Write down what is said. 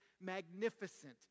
magnificent